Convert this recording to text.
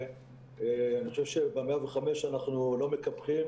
אני חושב שב-105 אנחנו לא מקפחים